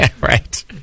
Right